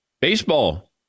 Baseball